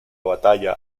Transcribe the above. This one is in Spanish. batalla